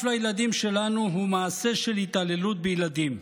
לילדים שלנו היא מעשה של התעללות בילדים,